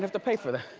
to pay for that.